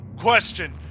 question